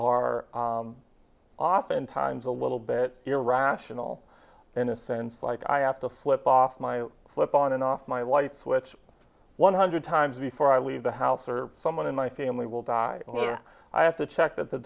are oftentimes a little bit irrational in a sense like i have to flip off my flip on and off my wife which one hundred times before i leave the house or someone in my family will die or i have to check that the